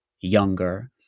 younger